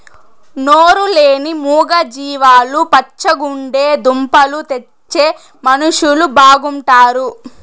నోరు లేని మూగ జీవాలు పచ్చగుంటే దుంపలు తెచ్చే మనుషులు బాగుంటారు